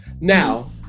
Now